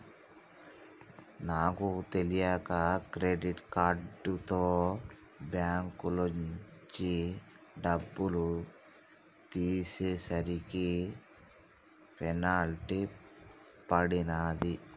నాకు తెలియక క్రెడిట్ కార్డుతో బ్యేంకులోంచి డబ్బులు తీసేసరికి పెనాల్టీ పడినాది